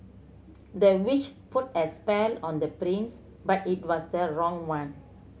the witch put a spell on the prince but it was the wrong one